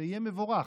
זה יהיה מבורך,